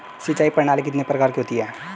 सिंचाई प्रणाली कितने प्रकार की होती हैं?